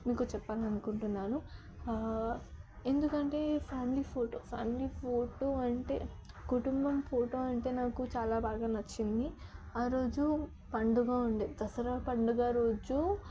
మీకు చెప్పాలి అనుకుంటున్నాను ఎందుకంటే ఫ్యామిలీ ఫోటో ఫ్యామిలీ ఫోటో అంటే కుటుంబం ఫోటో అంటే నాకు చాలా బాగా నచ్చింది ఆ రోజు పండుగ ఉండే దసరా పండుగ రోజు